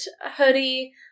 hoodie